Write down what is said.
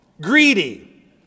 greedy